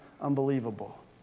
unbelievable